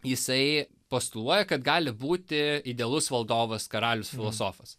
jisai postuluoja kad gali būti idealus valdovas karalius filosofas